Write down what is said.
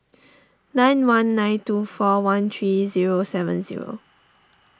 nine one nine two four one three zero seven zero